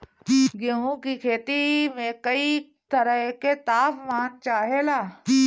गेहू की खेती में कयी तरह के ताप मान चाहे ला